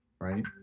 right